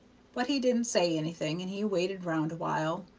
but he didn't say anything, and he waited round awhile,